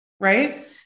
Right